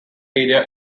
area